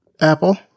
apple